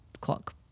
clock